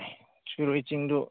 ꯁꯤꯔꯣꯏ ꯆꯤꯡꯗꯨ